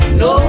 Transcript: no